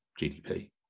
GDP